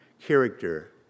character